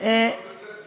אז הכול בסדר.